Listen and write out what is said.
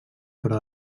però